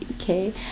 Okay